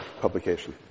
publication